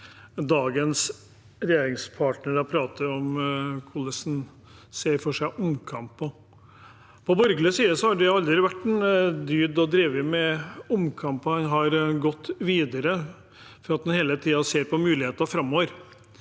dagens regjeringspartnere prater om hvordan de ser for seg omkamper. På borgerlig side har det aldri vært en dyd å drive med omkamper. En har gått videre, for en ser hele tiden på muligheter framover.